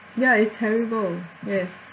ya it's terrible yes